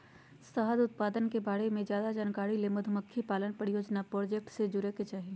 शहद उत्पादन के बारे मे ज्यादे जानकारी ले मधुमक्खी पालन परियोजना प्रोजेक्ट से जुड़य के चाही